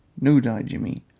no die jimmy.